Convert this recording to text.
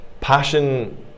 passion